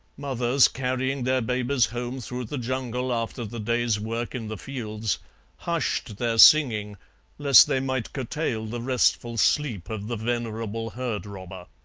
mothers carrying their babies home through the jungle after the day's work in the fields hushed their singing lest they might curtail the restful sleep of the venerable herd-robber.